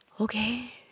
Okay